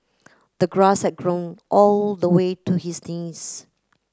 the grass had grown all the way to his knees